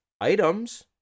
items